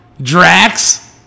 Drax